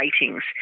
ratings